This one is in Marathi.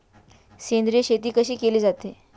सेंद्रिय शेती कशी केली जाते?